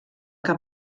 que